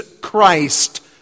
Christ